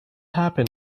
happen